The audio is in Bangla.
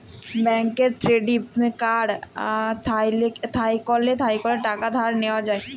ব্যাংকের ক্রেডিট কাড় থ্যাইকলে টাকা ধার লিয়া যায়